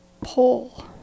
pull